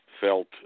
felt